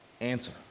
answer